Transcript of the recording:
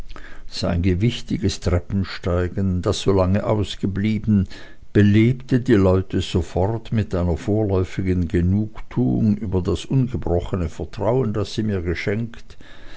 sein gewichtiges treppensteigen das so lange ausgeblieben belebte die leute sofort mit einer vorläufigen genugtuung über das ungebrochene vertrauen das sie mir geschenkt